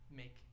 make